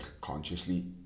consciously